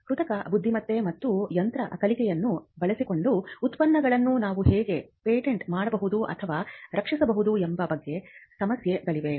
ಕೃತಕ ಬುದ್ಧಿಮತ್ತೆ ಮತ್ತು ಯಂತ್ರ ಕಲಿಕೆಯನ್ನು ಬಳಸಿಕೊಂಡು ಉತ್ಪನ್ನಗಳನ್ನು ನಾವು ಹೇಗೆ ಪೇಟೆಂಟ್ ಮಾಡಬಹುದು ಅಥವಾ ರಕ್ಷಿಸಬಹುದು ಎಂಬ ಬಗ್ಗೆ ಸಮಸ್ಯೆಗಳಿವೆ